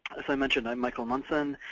as i mentioned, i'm michael munson,